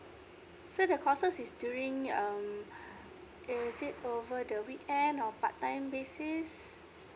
so the courses is during um is it over the weekend or part time basis